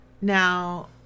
now